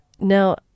Now